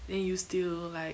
then you still like